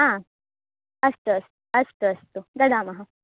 हा अस्तु अस्तु अस्तु अस्तु दद्मः